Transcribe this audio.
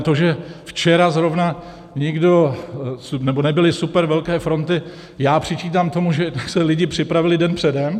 To, že včera zrovna nebyly supervelké fronty, já přičítám tomu, že se lidi připravili den předem.